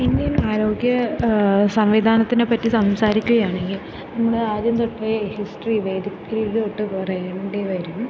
Indian ആരോഗ്യ സംവിധാനത്തിനെപ്പറ്റി സംസാരിക്കുകയാണെങ്കിൽ നമ്മുടെ ആദ്യം തൊട്ടേ ഹിസ്റ്ററി വരെ പറയേണ്ടി വരും